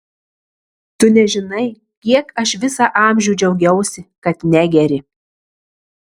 tu nežinai kiek aš visą amžių džiaugiausi kad negeri